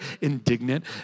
indignant